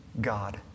God